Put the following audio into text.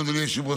אדוני היושב-ראש,